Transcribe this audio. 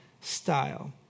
style